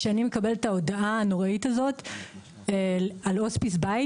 כשאני מקבלת את ההודעה הנוראית הזו על הוספיס בית,